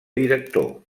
director